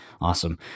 awesome